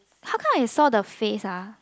how come I saw the face ah